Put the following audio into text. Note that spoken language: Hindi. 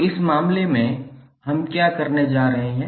तो इस मामले में हम क्या करने जा रहे हैं